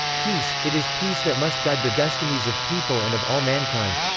peace, it is peace that must guide the destinies of people and of all mankind.